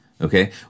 okay